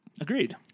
Agreed